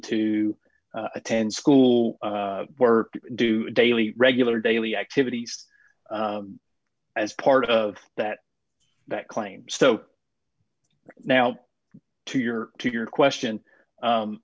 to attend school or do daily regular daily activities as part of that that claim so now to your to your question